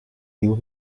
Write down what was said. you